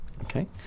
Okay